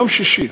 יום שישי.